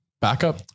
backup